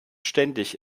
ständig